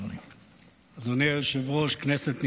אדוני היושב-ראש, כנסת נכבדה,